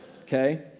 okay